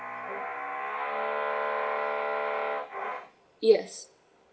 yes